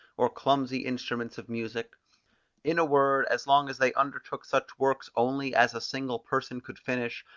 or clumsy instruments of music in a word, as long as they undertook such works only as a single person could finish,